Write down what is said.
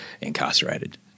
incarcerated